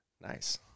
Nice